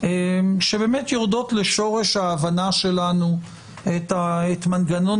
שבאמת יורדות לשורש ההבנה שלנו את מנגנון